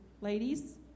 ladies